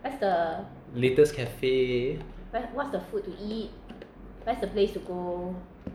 latest cafe